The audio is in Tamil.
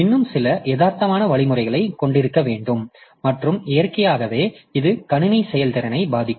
இன்னும் சில யதார்த்தமான வழிமுறைகளைக் கொண்டிருக்க வேண்டும் மற்றும் இயற்கையாகவே இது கணினி செயல்திறனை பாதிக்கும்